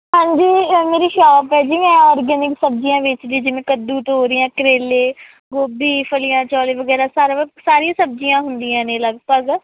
ਹਾਂਜੀ ਮੇਰੀ ਸ਼ੋਪ ਹੈ ਜੀ ਮੈਂ ਆਰਗੈਨਿਕ ਸਬਜ਼ੀਆਂ ਵੇਚਦੀ ਜਿਵੇਂ ਕੱਦੂ ਤੋਰੀਆਂ ਕਰੇਲੇ ਗੋਭੀ ਫਲੀਆਂ ਵਗੈਰਾ ਸਾਰਾ ਸਾਰੀਆਂ ਸਬਜ਼ੀਆਂ ਹੁੰਦੀਆਂ ਨੇ ਲਗਭਗ